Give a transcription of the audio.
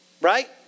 Right